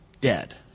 dead